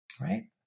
Right